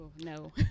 No